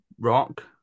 Rock